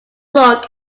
look